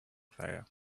player